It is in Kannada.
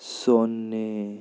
ಸೊನ್ನೆ